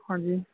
ਹਾਂਜੀ